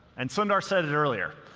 and sundar said it earlier.